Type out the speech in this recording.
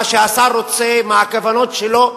מה שהשר רוצה, מה הכוונות שלו.